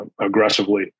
aggressively